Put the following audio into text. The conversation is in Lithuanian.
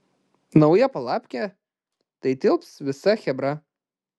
nauja palapkė tai tilps visa chebra